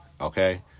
okay